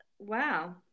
Wow